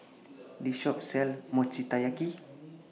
This Shop sells Mochi Taiyaki